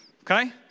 Okay